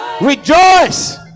rejoice